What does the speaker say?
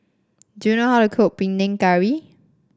do you know how to cook Panang Curry